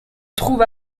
trouve